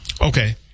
Okay